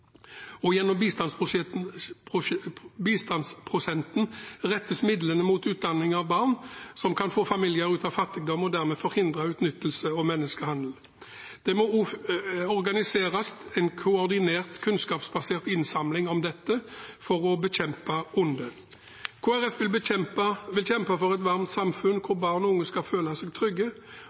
og gjennom bistandsprosenten rettes midlene mot utdanning av barn, noe som kan få familier ut av fattigdom og dermed forhindre utnyttelse og menneskehandel. Det må organiseres en koordinert, kunnskapsbasert innsamling om dette for å bekjempe ondet. Kristelig Folkeparti vil kjempe for et varmt samfunn, hvor barn og unge skal føle seg trygge,